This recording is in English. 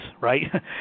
right